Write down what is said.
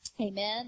Amen